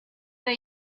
that